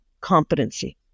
competency